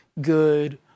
good